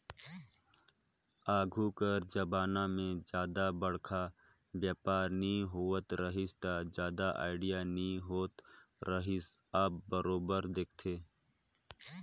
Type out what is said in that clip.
आघु कर जमाना में जादा बड़खा बयपार नी होवत रहिस ता जादा आडिट नी होत रिहिस अब बरोबर देखथे